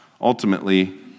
ultimately